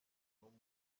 n’umwe